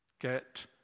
Get